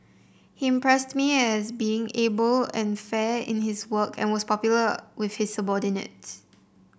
he impressed me as being able and fair in his work and was popular with his subordinates